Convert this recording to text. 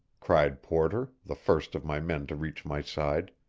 cried porter, the first of my men to reach my side.